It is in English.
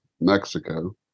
Mexico